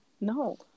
No